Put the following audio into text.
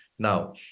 now